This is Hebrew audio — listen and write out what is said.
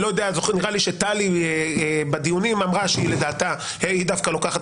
נראה לי שטלי בדיונים אמרה שהיא דווקא לוקחת